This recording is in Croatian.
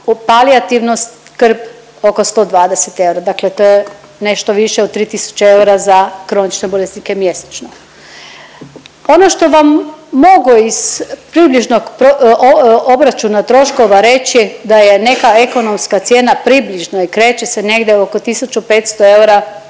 palijativnu skrb oko 120 eura, dakle to je nešto više od nešto više od 3.000 eura za kronične bolesnike mjesečno. Ono što vam mogu iz približnog obračuna troškova reći da je neka ekonomska cijena približna i kreće se negdje oko 1.500 eura